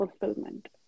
fulfillment